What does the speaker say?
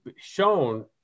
shown